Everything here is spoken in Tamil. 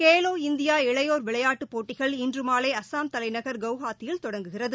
கேலோ இந்தியா இளையோர் விளையாட்டு போட்டிகள் இன்று மாலை அஸ்ஸாம் தலைநகர் குவஹாத்தியில் தொடங்குகிறது